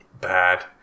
bad